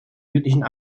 südlichen